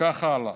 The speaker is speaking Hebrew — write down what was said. וכך הלאה.